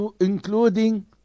Including